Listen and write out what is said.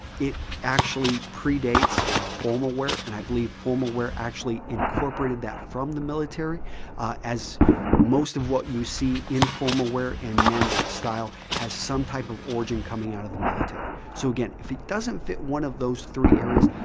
it actually predates formal wear, and i believe formal wear actually incorporated that from the military as most of what you see in formal wear and men's style. it has some type of origin coming out of the military. so again, if it doesn't fit one of those three areas,